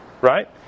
right